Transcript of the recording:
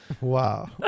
Wow